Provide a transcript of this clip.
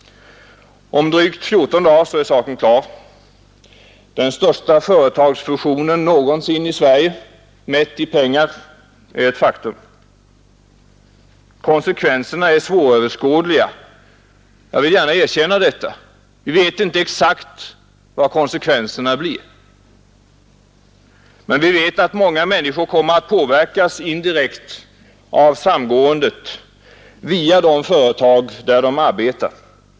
Om drygt 14 dagar är saken klar. Den största företagsfusionen någonsin i Sverige, mätt i pengar, är ett faktum. Konsekvenserna är svåröverskådliga, jag vill gärna erkänna det. Vi vet inte exakt vilka de blir. Men vi vet att många människor kommer att påverkas indirekt av samgåendet via de företag där de arbetar.